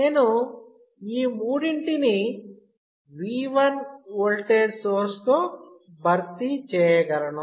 నేను ఈ మూడింటినీ V1 ఓల్టేజ్ సోర్స్తో భర్తీ చేయగలను